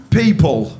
people